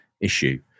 issue